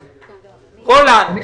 רולנד,